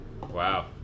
wow